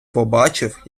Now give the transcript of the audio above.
побачив